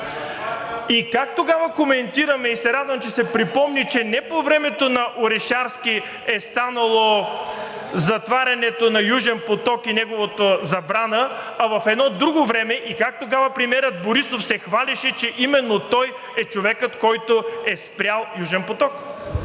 Как тогава коментираме, радвам се, че се припомни, че не по времето на Орешарски е станало затварянето на Южен поток и неговата забрана, а в едно друго време и как тогава премиерът Борисов се хвалеше, че именно той е човекът, който е спрял Южен поток.